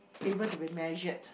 able to be measured